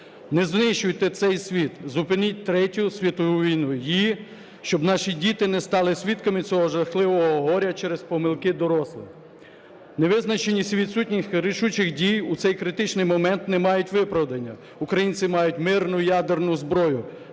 не знищуйте цей світ, зупиніть третю світову війну, і щоб наші діти не стали свідками цього жахливого горя через помилки дорослих. Невизначеність і відсутність рішучих дій у цей критичний момент не мають виправдання. Українці мають мирну ядерну зброю